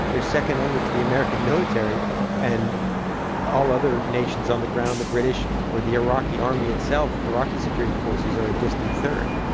they're second only to the american military and all other nations on the ground. the british or the iraqi army itself iraqi security forces are a distant third.